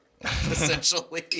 Essentially